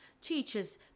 teachers